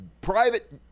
private